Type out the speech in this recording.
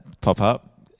pop-up